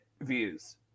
views